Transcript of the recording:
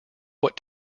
what